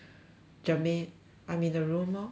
germaine I'm in the room lor